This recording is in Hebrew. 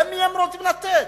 למי הם רוצים לתת,